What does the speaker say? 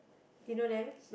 do you know them